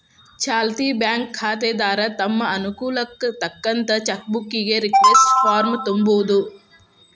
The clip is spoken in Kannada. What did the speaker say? ಚಾಲ್ತಿ ಬ್ಯಾಂಕ್ ಖಾತೆದಾರ ತಮ್ ಅನುಕೂಲಕ್ಕ್ ತಕ್ಕಂತ ಚೆಕ್ ಬುಕ್ಕಿಗಿ ರಿಕ್ವೆಸ್ಟ್ ಫಾರ್ಮ್ನ ತುಂಬೋದು